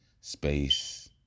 space